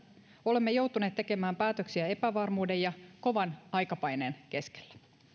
olemme joutuneet tekemään päätöksiä epävarmuuden ja kovan aikapaineen keskellä